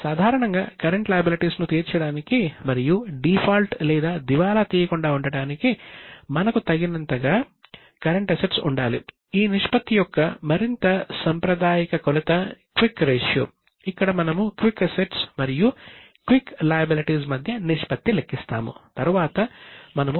సాధారణంగా కరెంట్ లయబిలిటీస్ను లెక్కిస్తాము